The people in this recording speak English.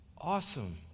awesome